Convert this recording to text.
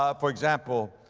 ah for example,